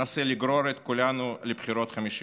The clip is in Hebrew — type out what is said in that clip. ראש הממשלה מנסה לגרור את כולנו לבחירות חמישיות.